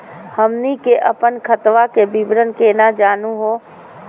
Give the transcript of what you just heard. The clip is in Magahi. हमनी के अपन खतवा के विवरण केना जानहु हो?